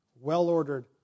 well-ordered